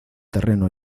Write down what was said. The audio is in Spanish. terreno